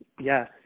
Yes